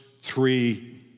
three